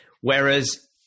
Whereas